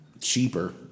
cheaper